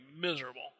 miserable